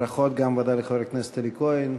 ברכות גם לחבר הכנסת אלי כהן.